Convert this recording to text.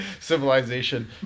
civilization